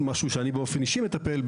משהו שאני באופן אישי מטפל בו,